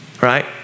right